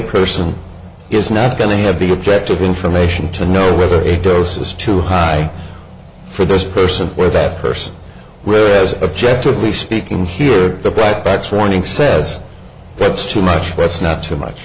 person is not going to have be objective information to know whether a dose is too high for this person or that person whereas i object to be speaking here the black box warning says that's too much that's not too much